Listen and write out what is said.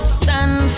stand